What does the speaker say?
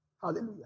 Hallelujah